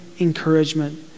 encouragement